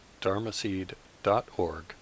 dharmaseed.org